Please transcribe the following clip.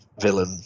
villain